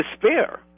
despair